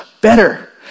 better